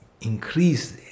increase